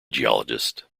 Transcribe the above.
geologist